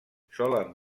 solen